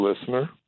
listener